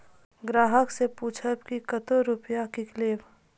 ग्राहक से पूछब की कतो रुपिया किकलेब?